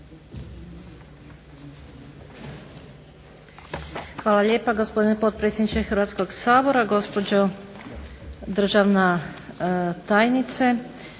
Hvala lijepa gospodine potpredsjedniče Hrvatskog sabora, gospođo državna tajnice.